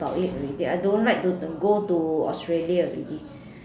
about it already I don't like to go to Australia already